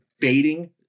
fading